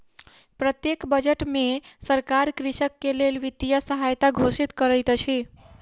प्रत्येक बजट में सरकार कृषक के लेल वित्तीय सहायता घोषित करैत अछि